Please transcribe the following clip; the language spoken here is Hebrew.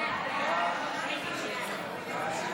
ההצעה להעביר את הצעת חוק אימוץ ילדים (תיקון,